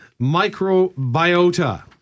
microbiota